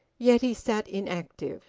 yet he sat inactive.